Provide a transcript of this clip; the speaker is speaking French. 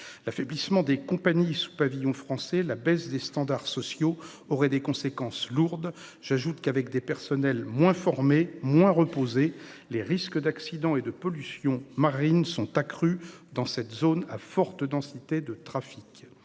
L'affaiblissement des compagnies sous pavillon français, la baisse des normes sociales auraient de lourdes conséquences. J'ajoute que, avec des personnels moins formés, moins reposés, les risques d'accidents et de pollutions marines sont accrus dans cette zone à forte densité de trafic.